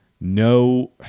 no